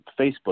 Facebook